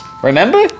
Remember